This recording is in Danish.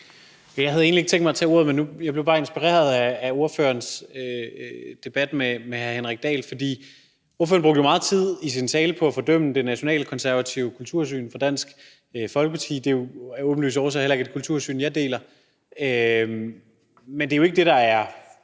Jeg havde egentlig ikke tænkt mig at tage ordet, men jeg blev bare inspireret af ordførerens debat med hr. Henrik Dahl. For ordføreren brugte meget tid i sin tale på at fordømme det nationalkonservative kultursyn hos Dansk Folkeparti – det er jo af åbenlyse årsager heller ikke et kultursyn, jeg deler – men det er jo ikke det, der er